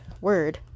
word